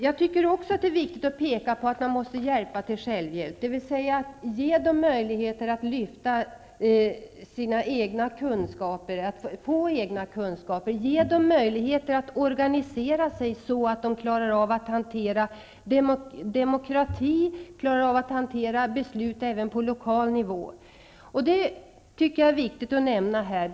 Det är också viktigt att peka på att man måste ge hjälp till självhjälp, dvs. att ge dem möjligheter att skaffa sig kunskaper och ge dem möjligheter att organisera sig på ett sådant sätt att de klarar av att hantera demokrati och beslut även på lokal nivå. Det tycker jag är viktigt att nämna här.